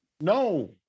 No